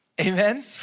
Amen